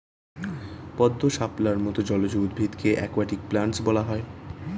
পদ্ম, শাপলার মত জলজ উদ্ভিদকে অ্যাকোয়াটিক প্ল্যান্টস বলা হয়